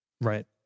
right